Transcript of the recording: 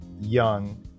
young